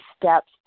steps